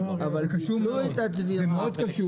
זה מאוד קשור.